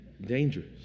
dangerous